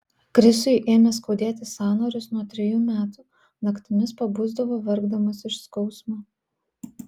krisui ėmė skaudėti sąnarius nuo trejų metų naktimis pabusdavo verkdamas iš skausmo